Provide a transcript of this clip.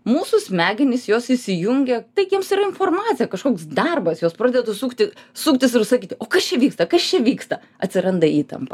mūsų smegenys jos įsijungia tai joms yra informacija kažkoks darbas jos pradeda sukti suktis ir sakyti o kas čia vyksta kas čia vyksta atsiranda įtampa